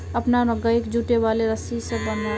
अपनार गइक जुट वाले रस्सी स बांध